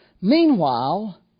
Meanwhile